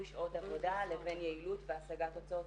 שעות עבודה לבין יעילות והשגת תוצאות.